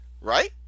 Right